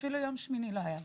ואפילו יום שמיני לא היה לי.